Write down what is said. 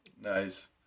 Nice